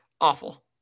Awful